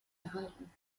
erhalten